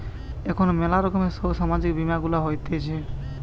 এখন ম্যালা রকমের সব সামাজিক বীমা গুলা হতিছে